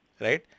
Right